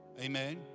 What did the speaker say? Amen